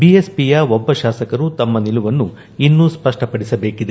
ಬಿಎಸ್ಪಿಯ ಒಬ್ಬ ಶಾಸಕರು ತಮ್ಮ ನಿಲುವನ್ನು ಇನ್ನೊ ಸ್ಪ ಷ್ವ ಪದಿಸಬೇಕಿದೆ